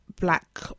black